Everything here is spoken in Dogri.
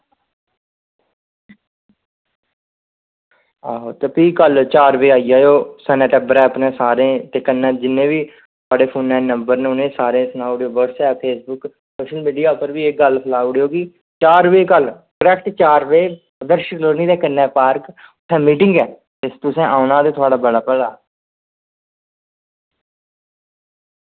ते भी कल्ल चार बजे आई जायो सनें टब्बरै अपने जिन्ने सारेंगी थुआढ़े फोन च नंबर न उनेंगी सुनाई ओड़ेओ व्हाट्सएप पर सारें गी तुस एह् गल्ल सुनाई ओड़ेओ कि चार बजे करेक्ट चार बजे आदर्श कालोनी दे कश तुसें औना ते थुआढ़ा भला